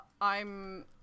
I'm-